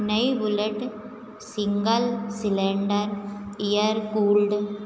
New bullet single cylinder air cooled